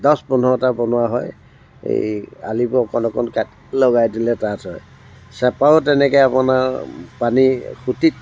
দচ পোন্ধৰটা বনোৱা হয় এই আলিবোৰ অকণ অকণ কাট লগাই দিলে তাত হয় চেপাও তেনেকৈ আপোনাৰ পানীৰ সুঁতিত